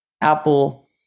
Apple